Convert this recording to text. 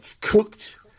cooked